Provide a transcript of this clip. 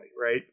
right